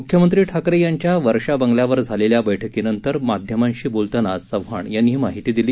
मुख्यमंत्री ठाकरे यांच्या वर्षा बंगल्यावर झालेल्या बैठकीनंतर माध्यमांशी बोलताना चव्हाण यांनी ही माहिती दिली